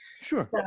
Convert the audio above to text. Sure